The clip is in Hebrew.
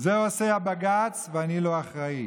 את זה עושה בג"ץ ואני לא אחראי.